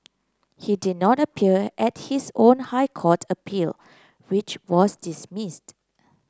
he did not appear at his own High Court appeal which was dismissed